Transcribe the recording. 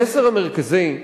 המסר המרכזי,